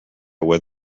where